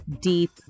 deep